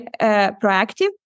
proactive